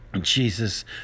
Jesus